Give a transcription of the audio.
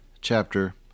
chapter